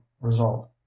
result